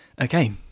okay